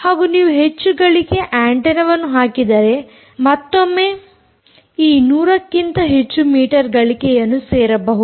ಹಾಗೂ ನೀವು ಹೆಚ್ಚು ಗಳಿಕೆಯ ಆಂಟೆನ್ನವನ್ನು ಹಾಕಿದರೆ ಮತ್ತೊಮ್ಮೆ ಈ 100 ಕ್ಕಿಂತ ಹೆಚ್ಚು ಮೀಟರ್ ಗಳಿಕೆಯನ್ನು ಸೇರಬಹುದು